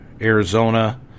Arizona